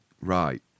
Right